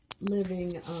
living